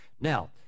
Now